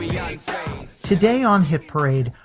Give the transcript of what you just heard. yeah guys today on hit parade,